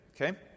Okay